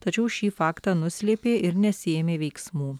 tačiau šį faktą nuslėpė ir nesiėmė veiksmų